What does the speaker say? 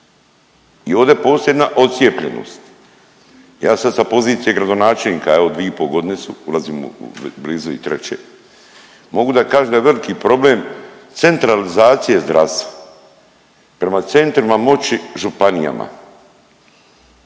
I ovdje posebna odcijepljenost. Ja sad sa pozicije gradonačelnika evo dvije i pol godine su, ulazimo blizu i treće, mogu da kažem da je veliki problem centralizacije zdravstva. Prema centrima moći županijama.